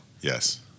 Yes